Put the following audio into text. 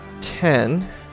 ten